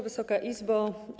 Wysoka Izbo!